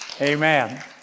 Amen